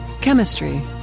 Chemistry